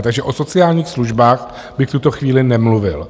Takže o sociálních službách bych v tuto chvíli nemluvil.